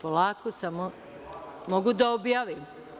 Polako, da li mogu da objavim?